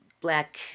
black